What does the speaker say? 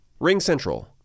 RingCentral